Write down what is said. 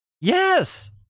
Yes